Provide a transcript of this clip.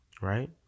Right